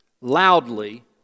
loudly